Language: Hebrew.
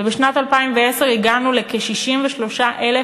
ובשנת 2010 הגענו לכ-63,000